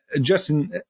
Justin